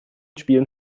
spielen